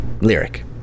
lyric